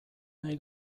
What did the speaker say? nahi